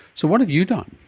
so what have you done?